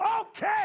Okay